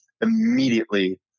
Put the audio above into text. immediately